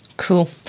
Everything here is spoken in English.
Cool